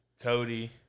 Cody